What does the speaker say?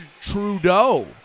Trudeau